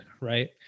right